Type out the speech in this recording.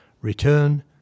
return